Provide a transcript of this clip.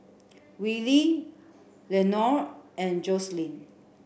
Willie Leonore and Joselin